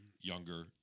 Younger